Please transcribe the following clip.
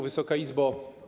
Wysoka Izbo!